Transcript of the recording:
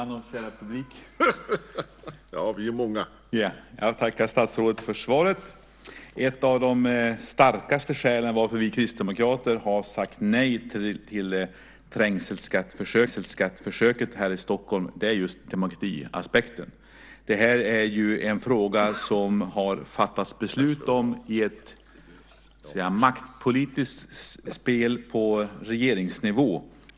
Herr talman och ärade publik! Jag tackar statsrådet för svaret. Ett av de starkaste skälen till varför vi kristdemokrater har sagt nej till trängselskatteförsöket här i Stockholm är just demokratiaspekten. Det är en fråga som man har fattat beslut om i ett maktpolitiskt spel på regeringsnivå.